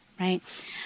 right